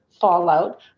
fallout